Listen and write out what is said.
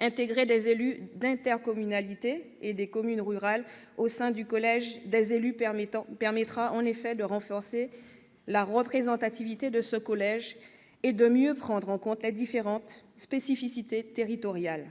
intégrer des élus d'intercommunalités et de communes rurales au sein du collège des élus permettra en effet d'en renforcer la représentativité et de mieux prendre en compte les différentes spécificités territoriales.